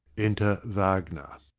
enter wagner.